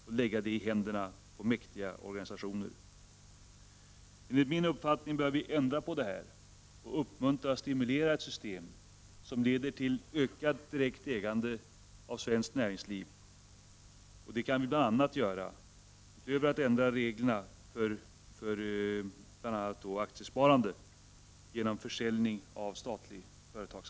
Det läggs i händerna på mäktiga organisationer. Enligt min uppfattning bör vi ändra på det här och uppmuntra och stimulera ett system som leder till ökat direkt ägande av svenskt näringsliv. Det kan vi bl.a. göra genom att ändra reglerna för aktiesparande genom försäljning av statliga företag.